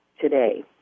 today